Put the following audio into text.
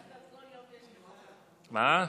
מוותר.